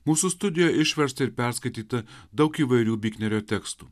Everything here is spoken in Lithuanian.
mūsų studijoj išversta ir perskaityta daug įvairių biknerio tekstų